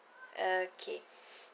okay